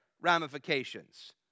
ramifications